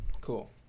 Cool